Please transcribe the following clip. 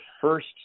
first